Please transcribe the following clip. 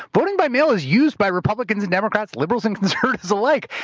voting by mail is used by republicans and democrats, liberals and conservatives alike.